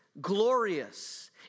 glorious